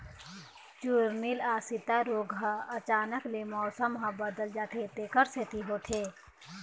चूर्निल आसिता रोग ह अचानक ले मउसम ह बदलत जाथे तेखर सेती होथे